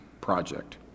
project